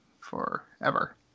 forever